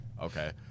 okay